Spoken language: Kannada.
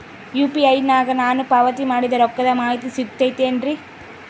ಯು.ಪಿ.ಐ ನಾಗ ನಾನು ಪಾವತಿ ಮಾಡಿದ ರೊಕ್ಕದ ಮಾಹಿತಿ ಸಿಗುತೈತೇನ್ರಿ?